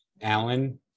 Alan